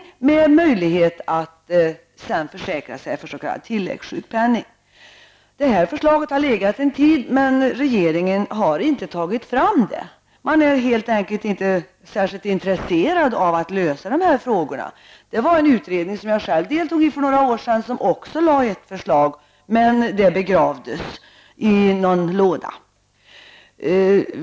Men man skall ha möjlighet att försäkra sig för s.k. tilläggssjukpenning. Det här förslaget har legat en tid. Men regeringen har inte tagit fram det. Man är helt enkelt inte särskilt intresserad av att lösa dessa frågor. Också en utredning som jag själv deltog i för några år sedan har lagt fram ett förslag. Men detta har väl begravts i någon låda.